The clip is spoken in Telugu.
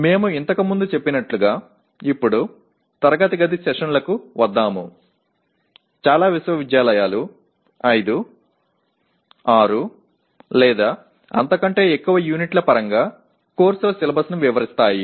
మేము ఇంతకుముందు చెప్పినట్లుగా ఇప్పుడు తరగతి గది సెషన్లకు వద్దాము చాలా విశ్వవిద్యాలయాలు 5 6 లేదా అంతకంటే ఎక్కువ యూనిట్ల పరంగా కోర్సుల సిలబస్ ని వివరిస్తాయి